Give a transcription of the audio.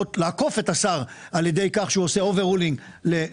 לעקוף את השר על ידי כך שהוא עושה אובר רולינג בממשלה